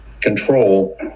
control